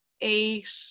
eight